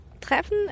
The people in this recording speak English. treffen